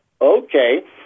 okay